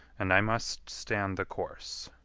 and i must stand the course.